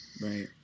Right